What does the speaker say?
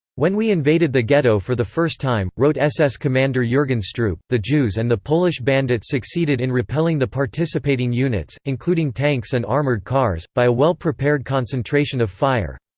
when we invaded the ghetto for the first time wrote ss commander jurgen stroop the jews and the polish bandits succeeded in repelling the participating units, including tanks and armored cars, by a well-prepared concentration of fire.